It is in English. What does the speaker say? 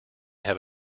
have